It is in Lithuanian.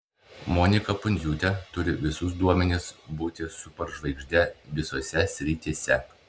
monika pundziūtė turi visus duomenis būti superžvaigžde visose srityse